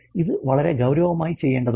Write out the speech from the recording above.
ഇത് വളരെ ഗൌരവമായി ചെയ്യേണ്ടതുണ്ട്